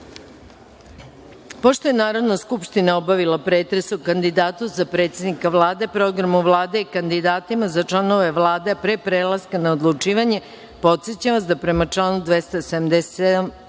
je Narodna skupština obavila pretres o kandidatu za predsednika Vlade, programu Vlade i kandidatima za članove Vlade, a pre prelaska na odlučivanje, podsećam vas da prema članu 270.